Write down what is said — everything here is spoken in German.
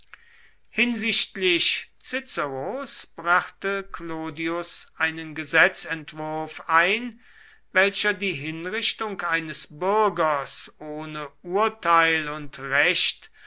hinsichtlich ciceros brachte clodius einen gesetzentwurf ein welcher die hinrichtung eines bürgers ohne urteil und recht